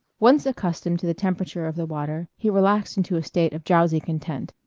once accustomed to the temperature of the water he relaxed into a state of drowsy content.